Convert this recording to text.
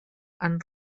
han